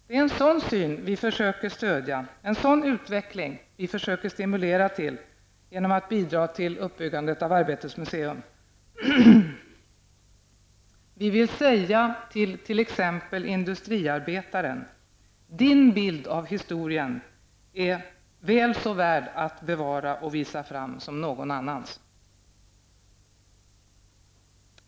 Det är en sådan syn vi försöker stödja, det är en sådan utveckling vi försöker stimulera till, genom att bidra till uppbyggandet av Arbetets museum. Vi vill säga till t.ex. industriarbetaren: ''Din bild av historien är väl så mycket värd att bevara och visa fram som någon annans.''